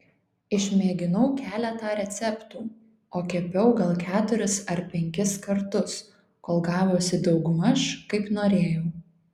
išmėginau keletą receptų o kepiau gal keturis ar penkis kartus kol gavosi daugmaž kaip norėjau